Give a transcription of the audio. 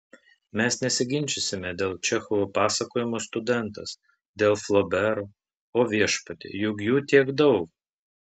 mes nesiginčysime dėl čechovo pasakojimo studentas dėl flobero o viešpatie juk jų tiek daug